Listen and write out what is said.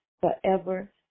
forever